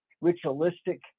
ritualistic